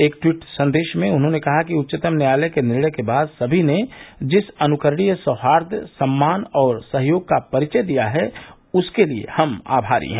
एक ट्वीट संदेश में उन्होंने कहा कि उच्चतम न्यायालय के निर्णय के बाद सभी ने जिस अनुकरणीय सौहाई सम्मान और सहयोग का परिचय दिया है उसके लिये हम आभारी हैं